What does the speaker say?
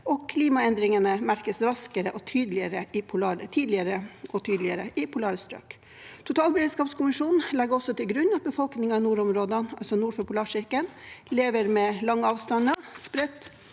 og klimaendringene merkes raskere og tydeligere i polare strøk.» Totalberedskapskommisjonen legger også til grunn at befolkningen i nordområdene, altså nord for Polarsirkelen, lever med lange avstander, spredt